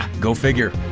go figure.